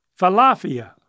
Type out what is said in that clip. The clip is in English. Falafia